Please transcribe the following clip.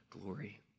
glory